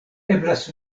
eblas